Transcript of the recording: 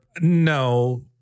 no